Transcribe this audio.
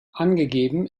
angegeben